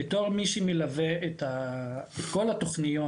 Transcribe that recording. בתור מי שמלווה את כל התוכניות,